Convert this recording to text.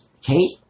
Kate